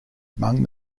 among